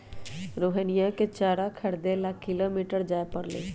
रोहिणीया के चारा खरीदे ला दो किलोमीटर जाय पड़लय